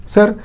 Sir